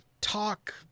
talk